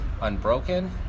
unbroken